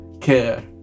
care